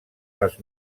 les